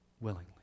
willingly